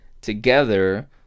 together